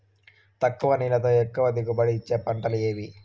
తక్కువ నీళ్లతో ఎక్కువగా దిగుబడి ఇచ్చే పంటలు ఏవి?